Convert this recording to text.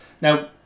Now